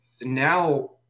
now